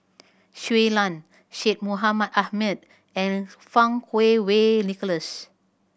Shui Lan Syed Mohamed Ahmed and Fang Wei Nicholas